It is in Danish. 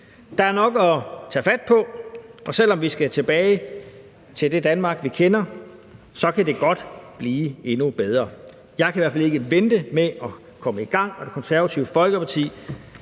Der er nok at tage fat på, og selv om vi skal tilbage til det Danmark, vi kender, så kan det godt blive endnu bedre. Jeg kan i hvert fald ikke vente med at komme i gang, og Det Konservative Folkeparti